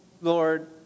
Lord